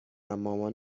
مامان